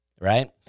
right